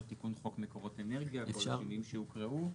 "תיקון חוק מקורות אנרגיה" עם כל השינויים שהוקראו.